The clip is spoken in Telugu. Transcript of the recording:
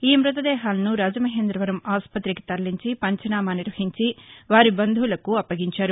ఈ మ్బత దేహాలను రాజమహేంద్రవరం ఆస్పత్రికి తరలించి పంచనామా నిర్వహించివారి బంధువులకు అప్పగించారు